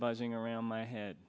buzzing around my head